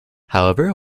however